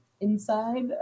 inside